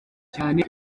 cyane